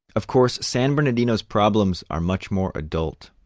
of course san bernardino's problems are much more adult.